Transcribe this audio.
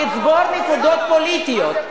לצבור נקודות פוליטיות.